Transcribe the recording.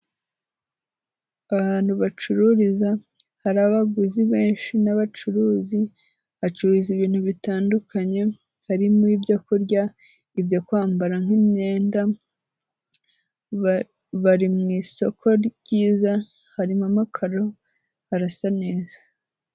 Ahantu bacururiza hari abaguzi benshi n'abacuruzi hacururiza ibintu bitandukanye hari ibyo kurya, ibyo kwambara nk'imyenda bari mu isoko ryiza harimo amakaro arasa neza.